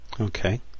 Okay